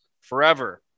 forever